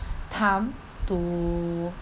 time to